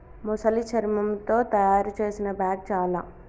మొసలి శర్మముతో తాయారు చేసిన బ్యాగ్ చాల